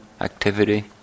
activity